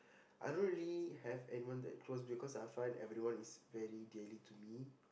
I don't really have anyone that close because I find everyone is very dearly to me